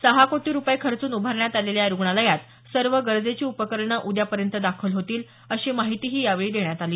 सहा कोटी रुपये खर्चून उभारण्यात आलेल्या या रुग्णालयात सर्व गरजेची उपकरणं उद्यापर्यंत दाखल होतील अशी माहितीही यावेळी देण्यात आली